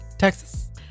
texas